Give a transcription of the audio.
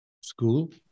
school